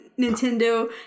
nintendo